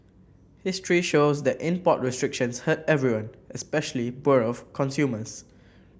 history shows that import restrictions hurt everyone especially poorer consumers